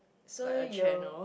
so you